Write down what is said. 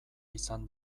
izan